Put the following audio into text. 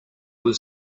was